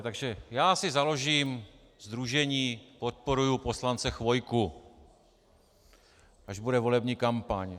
Takže já si založím sdružení Podporuju poslance Chvojku, až bude volební kampaň.